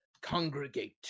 congregate